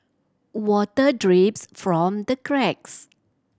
water drips from the cracks